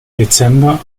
dezember